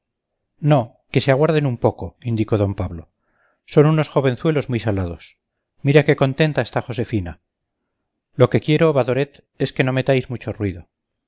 no que se aguarden un poco indicó don pablo son unos jovenzuelos muy salados mira qué contenta está josefina lo que quiero badoret es que no metáis mucho ruido